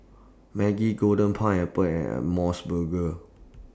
Maggi Golden Pineapple and Mos Burger